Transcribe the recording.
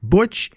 Butch